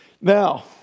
Now